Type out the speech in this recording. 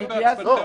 הגיע הזמן.